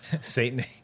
Satan